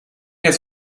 het